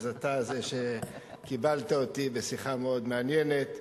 אתה זה שקיבלת אותי בשיחה מאוד מעניינת,